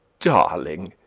darling!